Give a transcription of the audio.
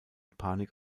panik